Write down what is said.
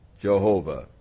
Jehovah